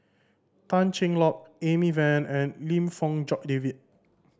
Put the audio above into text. Tan Cheng Lock Amy Van and Lim Fong Jock David